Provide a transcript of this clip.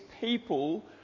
people